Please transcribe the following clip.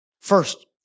First